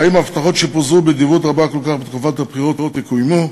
האם ההבטחות שפוזרו בנדיבות גדולה כל כך בתקופת הבחירות יקוימו?